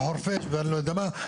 בחורפש ואני לא יודע מה,